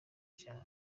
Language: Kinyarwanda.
cyane